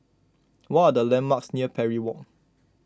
what are the landmarks near Parry Walk